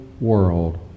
world